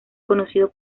conocido